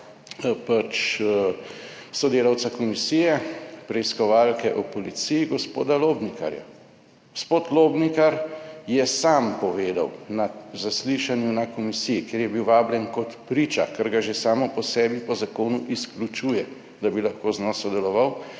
pač sodelavca komisije, preiskovalke o policiji gospoda Lobnikarja. Gospod Lobnikar je sam povedal na zaslišanju na komisiji, ker je bil vabljen kot priča, ker ga že samo po sebi po zakonu izključuje, da bi lahko z njo sodeloval,